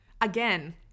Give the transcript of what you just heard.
again